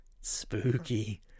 Spooky